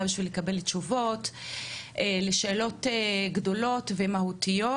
כדי לקבל תשובות לשאלות גדולות ומהותיות,